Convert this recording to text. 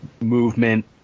movement